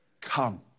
come